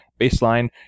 baseline